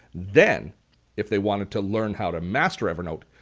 then if they wanted to learn how to master evernote,